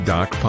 Doc